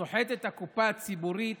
סוחט את הקופה הציבורית